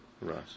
Right